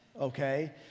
okay